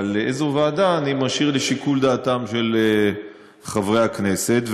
אבל איזו ועדה אני משאיר לשיקול דעתם של חברי הכנסת,